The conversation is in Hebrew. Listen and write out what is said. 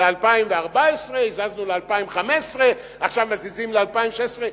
ל-2014, הזזנו ל-2015, עכשיו מזיזים ל-2016.